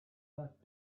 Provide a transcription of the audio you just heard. that